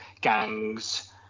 gangs